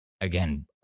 again